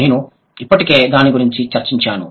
నేను ఇప్పటికే దాని గురించి చర్చించాను